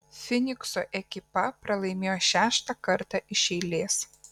fynikso ekipa pralaimėjo šeštą kartą iš eilės